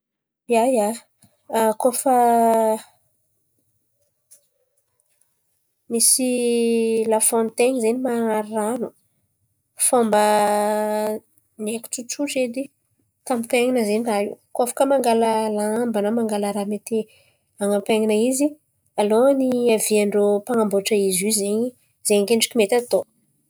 Ia ia, koa fa misy lafôntainy zen̈y man̈ary rano, fômba meky tsotsotra edy tampen̈ana zen̈y raha io. Koa afaka mangala lamba na mangala raha mety an̈ampen̈ana izy alohan'ny aviandrô mpan̈amboatra izy io zen̈y, zen̈y akendriky mety atao.